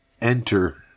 enter